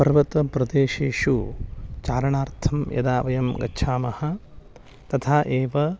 पर्वतप्रदेशेषु चारणार्थं यदा वयं गच्छामः तथा एव